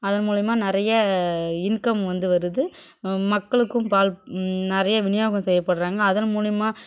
அதன் மூலிமா நிறைய இன்கம் வந்து வருது மக்களுக்கும் பால் நிறையா விநியோகம் செய்யப்படுறாங்க அதன் மூலிமா